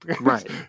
right